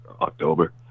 October